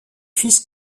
fils